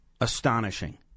astonishing